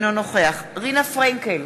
אינו נוכח רינה פרנקל,